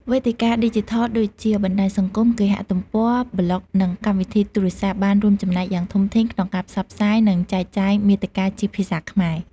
វេទិកាឌីជីថលដូចជា បណ្ដាញសង្គម គេហទំព័រ ប្លុក និងកម្មវិធីទូរស័ព្ទ បានរួមចំណែកយ៉ាងធំធេងក្នុងការផ្សព្វផ្សាយ និងចែកចាយមាតិកាជាភាសាខ្មែរ។